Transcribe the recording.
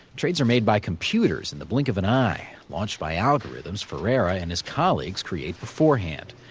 trades are made by computers in the blink of an eye, launched by algorithms ferreira and his colleagues create beforehand.